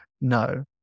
no